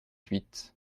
huit